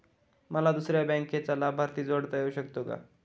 मला दुसऱ्या बँकेचा लाभार्थी जोडता येऊ शकतो का?